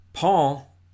Paul